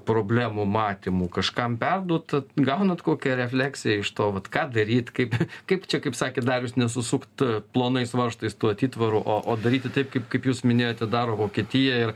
problemų matymu kažkam perduodat gaunat kokią refleksiją iš to vat ką daryt kaip kaip čia kaip sakė darius nesusukt plonais varžtais tų atitvarų o o daryti taip kaip kaip jūs minėjote daro vokietija ir